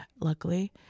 luckily